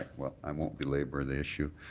i won't belabour the issue.